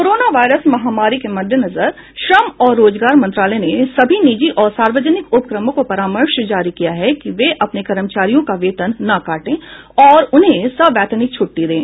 corona virus महामारी के मद्देनजर श्रम और रोजगार मंत्रालय ने सभी निजी और सार्वजनिक उपक्रमों को परामर्श जारी किया है कि वे अपने कर्मचारियों का वेतन न काटें और उन्हें सवैतनिक छुट्टी दें